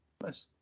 nice